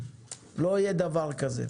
לא יהיה דבר כזה.